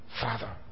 Father